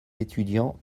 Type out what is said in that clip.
étudiants